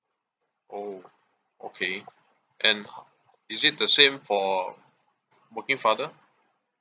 oh okay and is it the same for working father